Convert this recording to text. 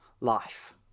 life